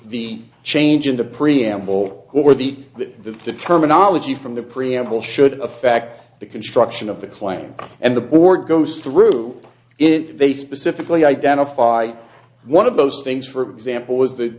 the change in the preamble or the to determine ology from the preamble should affect the construction of the claim and the board goes through it they specifically identify one of those things for example is the